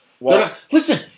Listen